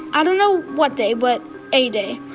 i don't know what day, but a day.